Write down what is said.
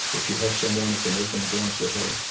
if you have someone who can open a door say, hey,